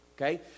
okay